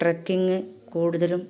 trekking കൂടുതലും